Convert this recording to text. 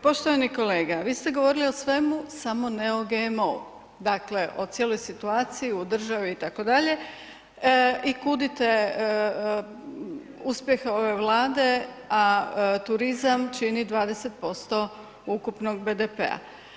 Poštovani kolega, vi ste govorili o svemu samo ne o GMO-u, dakle o cijeloj situaciji u državi itd. i kudite uspjehe ove Vlade, a turizma čini 20% ukupnog BDP-a.